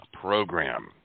Program